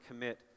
commit